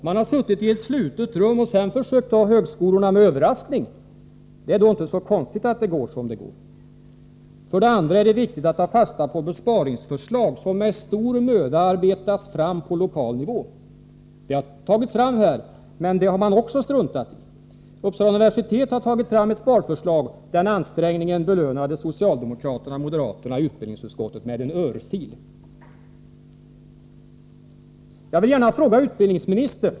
Man har suttit i ett slutet rum och sedan försökt ta högskolorna med överraskning. Det är då inte konstigt att det går som det går. För det andra är det viktigt att ta fasta på besparingsförslag, som med stor möda arbetats fram på lokal nivå. Sådana förslag har tagits fram, men även det har man struntat i. Uppsala universitet har tagit fram sparförslag. Den ansträngningen belönade socialdemokraterna och moderaterna i utbildningsutskottet med en örfil. Jag vill gärna fråga utbildningsministern.